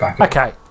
Okay